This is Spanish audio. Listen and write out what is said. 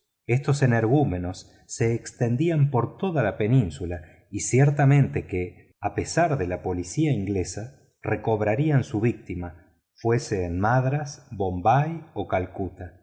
estos energúmenos se extendían por toda la península y ciertamente que a pesar de la policía inglesa recobrarían su víctima fuese en madrás bombay o calcuta